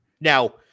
Now